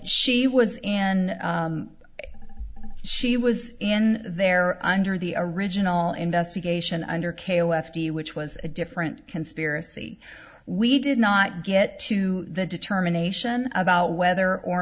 she was and she was in there under the original investigation under k o f t which was a different conspiracy we did not get to the determination about whether or